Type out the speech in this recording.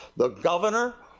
the governor,